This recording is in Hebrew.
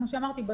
כמו שאמרתי,